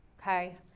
okay